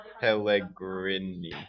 Pellegrini